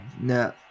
no